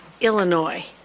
Illinois